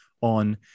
on